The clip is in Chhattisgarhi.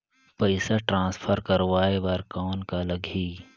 पइसा ट्रांसफर करवाय बर कौन का लगही?